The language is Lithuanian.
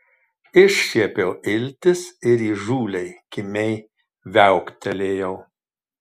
iššiepiau iltis ir įžūliai kimiai viauktelėjau